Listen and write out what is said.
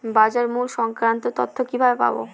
বাজার মূল্য সংক্রান্ত তথ্য কিভাবে পাবো?